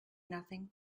nothing